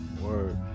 Word